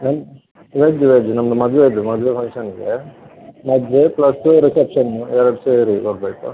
ನಮ್ದು veg veg ನಮ್ಮದು ಮದುವೆದ್ದು ಮದುವೆ ಫಂಕ್ಷನ್ನಿದೆ ಮದುವೆ ಪ್ಲಸ್ಸು ರಿಸೆಪ್ಷನ್ನು ಎರಡು ಸೇರಿ ಕೊಡಬೇಕು